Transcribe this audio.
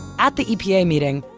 at the epa meeting,